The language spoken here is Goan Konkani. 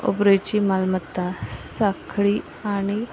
मालमत्ता सांखळी आनी